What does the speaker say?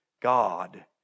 God